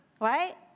Right